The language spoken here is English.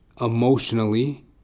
emotionally